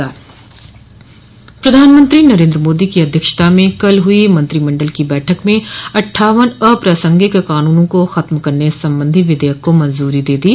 प्रधानमंत्री नरेन्द्र मोदी की अध्यक्षता में कल हुई मंत्रिमंडल की बैठक में अट्ठावन अप्रासंगिक कानूनों को खत्म करने संबंधी विधेयक को मंजूरी दे दी